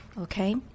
okay